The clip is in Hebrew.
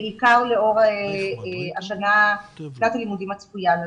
בעיקר לאור שנת הלימודים הצפויה לנו.